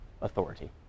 authority